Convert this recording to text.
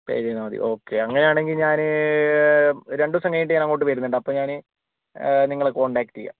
പേ ചെയ്താൽ മതി ഓക്കേ അങ്ങനെ ആണെങ്കിൽ ഞാൻ രണ്ട് ദിവസം കഴിഞ്ഞിട്ട് ഞാൻ അങ്ങോട്ട് വരുന്നുണ്ട് അപ്പോൾ ഞാൻ നിങ്ങളെ കോൺടാക്റ്റ് ചെയ്യാം